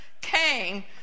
came